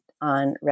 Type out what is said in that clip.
on